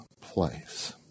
place